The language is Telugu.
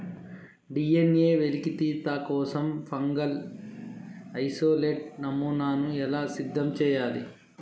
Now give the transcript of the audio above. డి.ఎన్.ఎ వెలికితీత కోసం ఫంగల్ ఇసోలేట్ నమూనాను ఎలా సిద్ధం చెయ్యాలి?